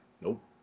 Nope